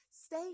Stay